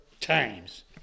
times